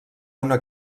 una